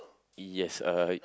yes uh